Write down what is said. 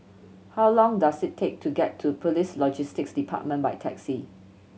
how long does it take to get to Police Logistics Department by taxi